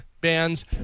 Bands